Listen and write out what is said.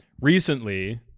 Recently